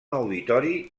auditori